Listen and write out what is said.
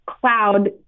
cloud